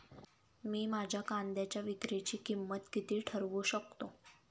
मी माझ्या कांद्यांच्या विक्रीची किंमत किती ठरवू शकतो?